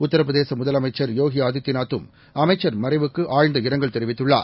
உத்தரப்பிரதேசமுதலமைச்சர்யோகிஆதித்யநாத்தும் அமைச்சர்மறைவுக்குஆழ்ந்தஇரங்கல்தெரிவித்துள்ளார்